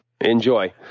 Enjoy